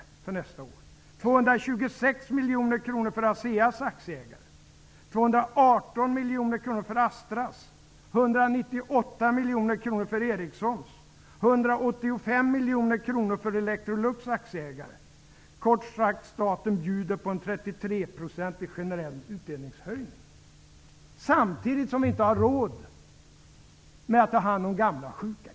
Vidare innebär det 226 miljoner kronor för Aseas aktieägare, 218 miljoner kronor för Kort sagt, staten bjuder på en 33 procentig generell utdelningshöjning samtidigt som vi inte har råd att ta hand om gamla och sjuka.